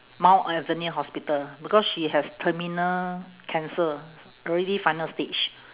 mount alvernia hospital because she has terminal cancer already final stage